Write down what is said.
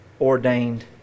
ordained